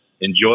Enjoy